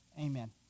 amen